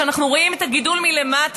כשאנחנו רואים את הגידול מלמטה,